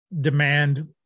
demand